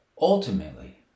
Ultimately